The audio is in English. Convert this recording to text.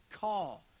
call